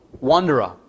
wanderer